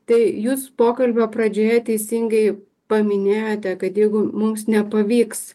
tai jūs pokalbio pradžioje teisingai paminėjote kad jeigu mums nepavyks